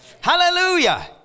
Hallelujah